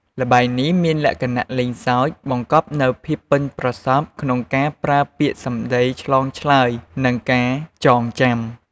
ល្បែងនេះមានលក្ខណៈលេងសើច បង្កប់នូវភាពប៉ិនប្រសប់ក្នុងការប្រើពាក្យសំដីឆ្លើយឆ្លង និងការចងចាំ។